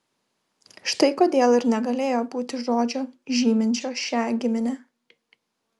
štai kodėl ir negalėjo būti žodžio žyminčio šią giminę